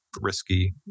risky